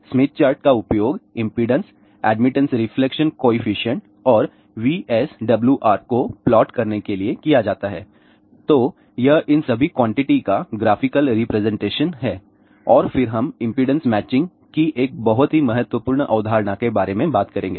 Smith chart का उपयोग impedance admittance reflection coefficient और VSWR को प्लॉट करने के लिए किया जाता है तो यह इन सभी क्वांटिटी का ग्राफिकल रिप्रेजेंटेशन है और फिर हम इंपेडेंस मैचिंग की एक बहुत ही महत्वपूर्ण अवधारणा के बारे में बात करेंगे